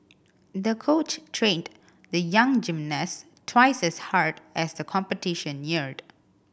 the coach trained the young gymnast twice as hard as the competition neared